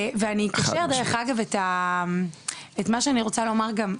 ולמרות ששבעים אחוז מהסטודנטים עובדים במהלך התואר,